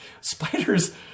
Spiders